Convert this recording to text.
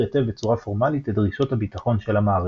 היטב בצורה פורמלית את דרישות הביטחון של המערכת.